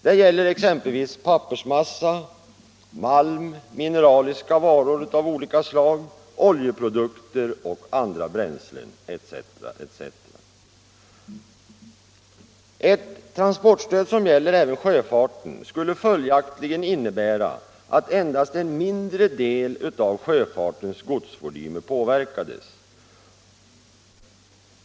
Det gäller exempelvis pappersmassa, malm, mineraliska varor av olika slag, oljeprodukter och andra bränslen, etc. Ett transportstöd som gäller även sjöfarten skulle följaktligen innebära att endast en mindre del av sjöfartens godsvolym påverkades.